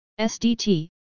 SDT